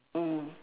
mm